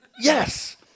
yes